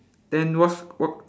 then what's wha~